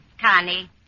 Connie